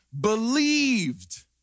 believed